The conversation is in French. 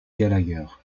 gallagher